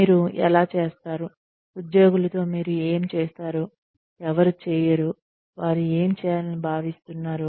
మీరు ఎలా చేస్తారు ఉద్యోగులతో మీరు ఏమి చేస్తారు ఎవరు చేయరు వారు ఏమి చేయాలని భావిస్తున్నారు